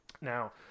Now